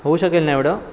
होऊ शकेल ना एवढं